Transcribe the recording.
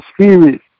spirit